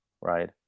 right